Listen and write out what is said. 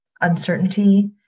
uncertainty